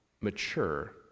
mature